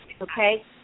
Okay